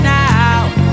now